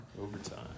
Overtime